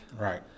Right